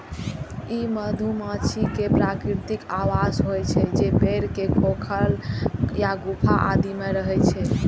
ई मधुमाछी के प्राकृतिक आवास होइ छै, जे पेड़ के खोखल या गुफा आदि मे रहै छै